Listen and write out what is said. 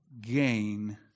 gain